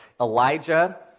Elijah